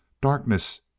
darkness